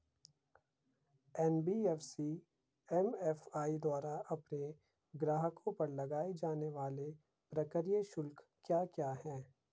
NBFC MFI द्वारा अपने ग्राहकों पर लगाए जाने वाले प्रक्रिया शुल्क क्या क्या हैं?